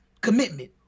commitment